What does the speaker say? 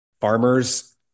Farmers